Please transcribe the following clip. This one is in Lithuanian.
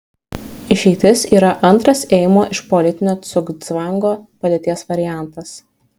išeitis yra antras ėjimo iš politinio cugcvango padėties variantas